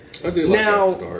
Now